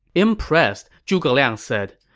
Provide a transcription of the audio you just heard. impressed, zhuge liang said,